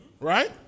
right